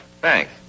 Thanks